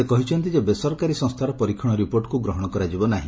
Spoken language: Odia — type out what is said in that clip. ସେ କହିଛନ୍ତି ଯେ ବେସରକାରୀ ସଂସ୍କାର ପରୀକ୍ଷଣ ରିପୋର୍ଟକୁ ଗ୍ରହଶ କରାଯିବ ନାହି